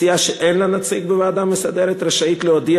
סיעה שאין לה נציג בוועדה המסדרת רשאית להודיע